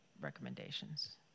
recommendations